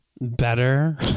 better